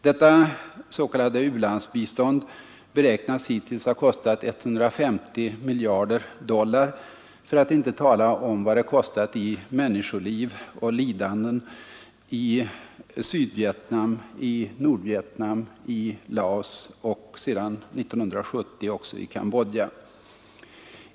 Detta s.k. u-landsbistånd beräknas hittills ha kostat 156 miljarder dollar, för att inte tala om vad det har kostat i människoliv och lidanden — i Sydvietnam, i Nordvietnam, i Laos och sedan 1970 också i Cambodja.